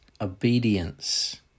obedience